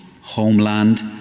homeland